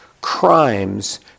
crimes